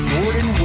Jordan